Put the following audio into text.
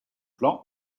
plan